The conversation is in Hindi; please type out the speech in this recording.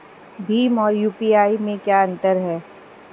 भीम और यू.पी.आई में क्या अंतर है?